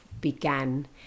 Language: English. began